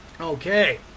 Okay